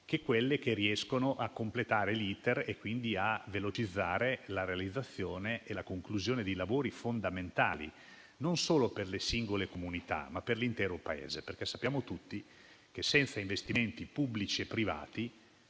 che quelle che riescono a completare l'*iter* e quindi a velocizzare la realizzazione e la conclusione di lavori fondamentali, non solo per le singole comunità, ma per l'intero Paese. Sappiamo tutti che, senza investimenti pubblici e privati,